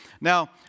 Now